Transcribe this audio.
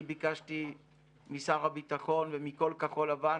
אני ביקשתי משר הביטחון מכל כחול לבן